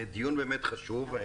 דיון באמת חשוב.